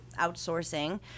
outsourcing